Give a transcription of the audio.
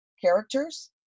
characters